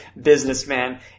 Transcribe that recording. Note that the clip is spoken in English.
businessman